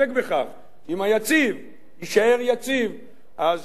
אם היציב יישאר יציב אז נעשה משהו.